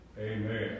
Amen